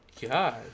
God